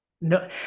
No